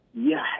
yes